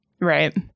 Right